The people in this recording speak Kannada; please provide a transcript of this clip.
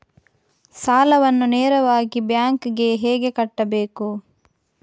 ಸಾಲವನ್ನು ನೇರವಾಗಿ ಬ್ಯಾಂಕ್ ಗೆ ಹೇಗೆ ಕಟ್ಟಬೇಕು?